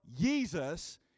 Jesus